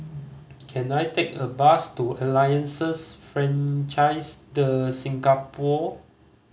can I take a bus to Alliance Francaise De Singapour